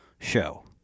show